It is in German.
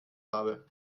habe